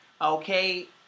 Okay